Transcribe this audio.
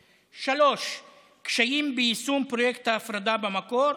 3. קשיים ביישום פרויקט ההפרדה במקור,